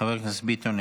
חבר הכנסת ביטן,